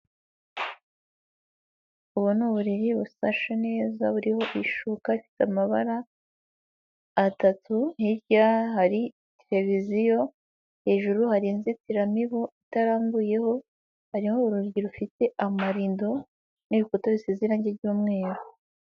Ubu ni uburiri busashe neza buriho ishuka ifite amabara atatu, hirya hari televiziyo, hejuru hari inzitiramibu itarambuyeho, hariho urugi rufite amarido n'ifoto isize irangi ry'umweru.